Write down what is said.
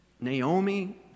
Naomi